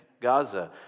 Gaza